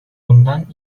bundan